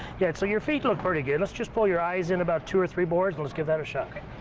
yeah, so your feet look pretty good, let's just pull your eyes in about two or three boards, let's give that a shot.